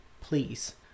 please